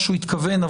מה שהוא התכוון אליו,